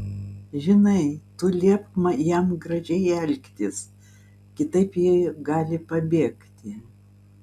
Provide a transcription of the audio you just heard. žinai tu liepk jam gražiai elgtis kitaip ji gali pabėgti